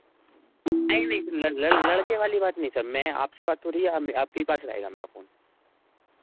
नहीं नहीं सर लड़के वाली बात नहीं है सर मैं आपसे बात हो रही है आप मैं आपके ही पास रहेगा मेरा फोन